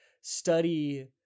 study